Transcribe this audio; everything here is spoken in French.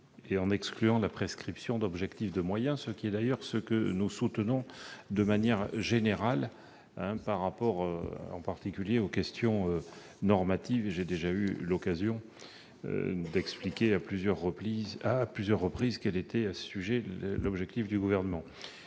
et en excluant la prescription d'objectifs de moyens. C'est d'ailleurs ce que nous soutenons de manière générale, s'agissant en particulier des questions normatives- j'ai déjà eu l'occasion d'expliquer à plusieurs reprises quel est sur ce point l'objectif du Gouvernement.